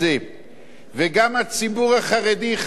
וגם הציבור החרדי חייב לבדוק